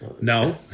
No